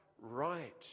right